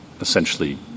essentially